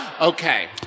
Okay